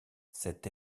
cette